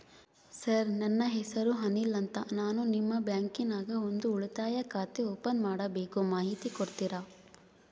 Sir ನನ್ನ ಹೆಸರು ಅನಿಲ್ ಅಂತ ನಾನು ನಿಮ್ಮ ಬ್ಯಾಂಕಿನ್ಯಾಗ ಒಂದು ಉಳಿತಾಯ ಖಾತೆ ಓಪನ್ ಮಾಡಬೇಕು ಮಾಹಿತಿ ಕೊಡ್ತೇರಾ?